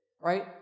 right